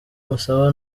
musaba